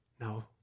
No